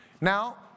Now